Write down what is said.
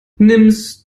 nimmst